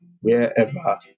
wherever